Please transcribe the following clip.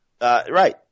Right